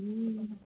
हूँ